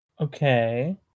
Okay